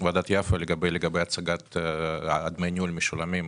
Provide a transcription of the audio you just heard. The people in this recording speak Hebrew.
ועדת יפה לגבי הצגת דמי הניהול המשולמים,